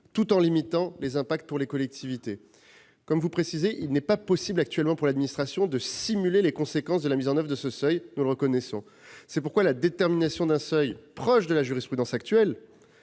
tout en limitant les impacts pour les collectivités. Nous reconnaissons qu'il n'est pas possible actuellement pour l'administration de simuler les conséquences de la mise en oeuvre de ce seuil. C'est pourquoi la détermination d'un seuil proche de la jurisprudence actuelle